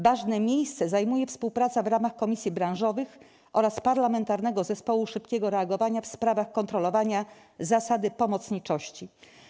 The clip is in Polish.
Ważne miejsce zajmuje współpraca w ramach komisji branżowych oraz parlamentarnego zespołu szybkiego reagowania w sprawach kontrolowania zasady pomocniczości.